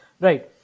Right